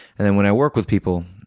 and and when i work with people,